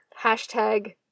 hashtag